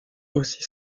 aussi